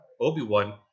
Obi-Wan